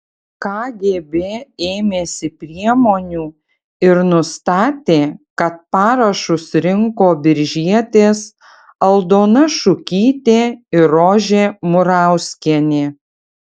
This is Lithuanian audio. kgb ėmėsi priemonių ir nustatė kad parašus rinko biržietės aldona šukytė ir rožė murauskienė